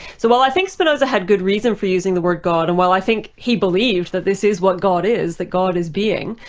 so while i think spinoza had good reason for using the word god and while i think he believed that this is what god is, that god is being,